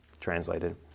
translated